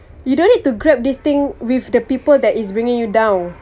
you don't need to grab this thing with the people that is bringing you down